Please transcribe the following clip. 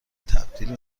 تبدیل